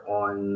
on